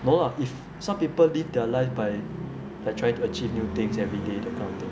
no lah if some people live their life by by trying to achieve new things every day that kind of thing